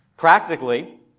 Practically